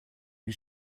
wie